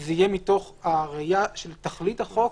זה יהיה מתוך הראייה של תכלית החוק,